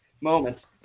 moment